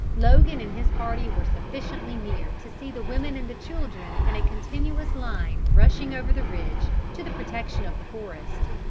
logan and his party were sufficiently near to see the women and the children in a continuous line rushing over the ridge, to the protection of the forest.